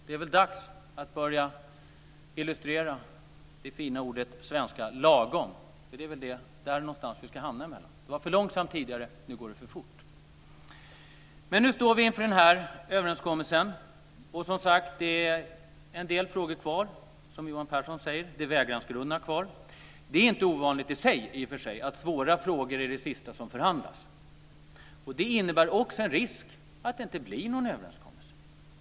Det är dags att börja illustrera det fina svenska ordet "lagom". Det är där någonstans vi ska hamna. Det var för långsamt tidigare, men nu går det för fort. Nu står vi inför överenskommelsen. Det är en del frågor kvar, som Johan Pehrson säger, bl.a. vägransgrunderna. Det är i och för sig inte ovanligt att svåra frågor är det sista som förhandlas. Det innebär också en risk att det inte blir en överenskommelse.